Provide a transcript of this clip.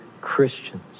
Christians